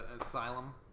asylum